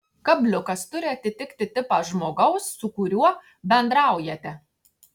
kabliukas turi atitikti tipą žmogaus su kuriuo bendraujate